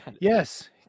Yes